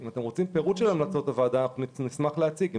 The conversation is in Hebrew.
אם אתם רוצים פירוט של המלצות הוועדה אנחנו נשמח להציגן.